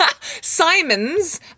Simons